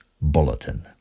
Bulletin